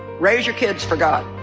raise your kids for god